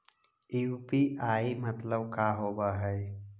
UPI मतलब का होब हइ?